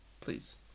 Please